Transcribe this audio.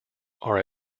are